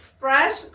fresh